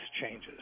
changes